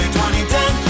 2010